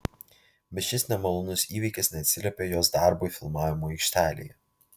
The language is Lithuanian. bet šis nemalonus įvykis neatsiliepė jos darbui filmavimo aikštelėje